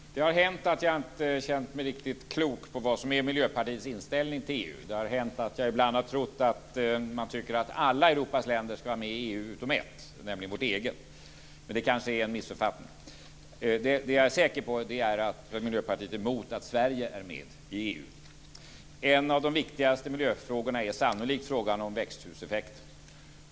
Fru talman! Det har hänt att jag inte har känt mig riktigt klok på vad som är Miljöpartiets inställning till EU. Det har hänt att jag ibland har trott att man tycker att alla Europas länder ska vara med i EU utom ett, nämligen vårt eget. Men det kanske är en missuppfattning. Det som jag är säker på är att Miljöpartiet är emot att Sverige är med i EU. En av de viktigaste miljöfrågorna är sannolikt frågan om växthuseffekten.